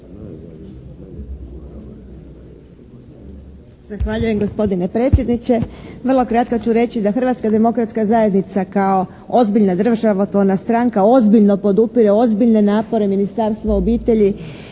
Zahvaljujem gospodine predsjedniče. Vrlo kratko ću reći da Hrvatska demokratska zajednica kao ozbiljna državotvorna stranka ozbiljno podupire ozbiljne napore Ministarstva obitelji